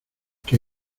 que